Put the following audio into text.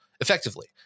effectively